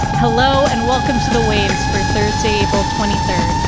hello and welcome to the ways free thursday, april twenty third.